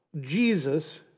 Jesus